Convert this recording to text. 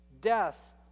death